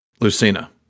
Lucina